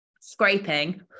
scraping